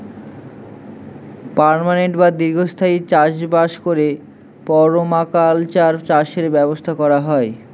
permanent বা দীর্ঘস্থায়ী চাষ বাস করে পারমাকালচার চাষের ব্যবস্থা করা হয়